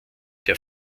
der